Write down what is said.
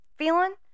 feeling